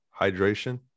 hydration